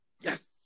Yes